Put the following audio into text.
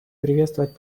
приветствовать